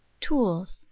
Tools